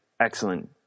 excellent